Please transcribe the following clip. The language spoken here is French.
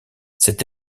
cet